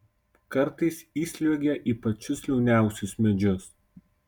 kartais įsliuogia į pačius liauniausius medžius